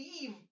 leave